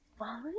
Wally